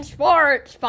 Sports